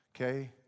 Okay